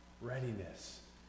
readiness